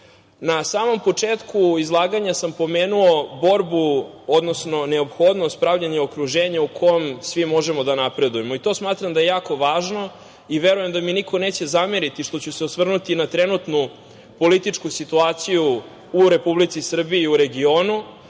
samom početku izlaganja sam pomenuo borbu, odnosno neophodnost pravljenja okruženja u kom svi možemo da napredujemo i to smatram da je jako važno i verujem da mi niko neće zameriti što ću se osvrnuti na trenutnu političku situaciju u Republici Srbiji i u regionu,